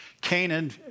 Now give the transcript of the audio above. Canaan